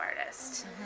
artist